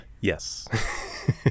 yes